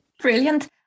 Brilliant